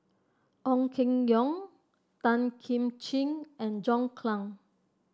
Ong Keng Yong Tan Kim Ching and John Clang